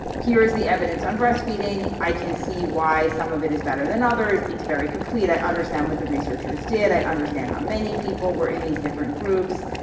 here is the evidence on breastfeeding. i can see why some of it is better than others. it's very complete. i understand what the researchers did. i understand how many people were in these different groups.